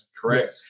correct